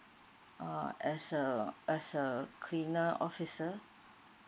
uh as a as a cleaner officer